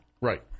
Right